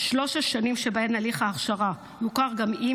שלוש השנים שבהן הליך ההכשרה יוכר גם אם